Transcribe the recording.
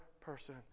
person